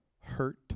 hurt